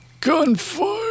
gunfire